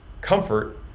comfort